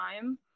time